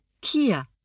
Kia